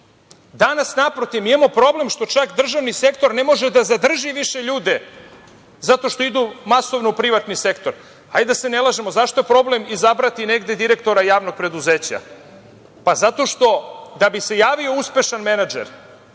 naprotiv. Mi imamo problem što čak državni sektor ne može da zadrži više ljude zato što idu masovno u privatni sektor. Hajde da se ne lažemo, zašto je problem izabrati negde direktora javnog preduzeća? Zato što, da bi se javio uspešan menadžer,